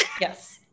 yes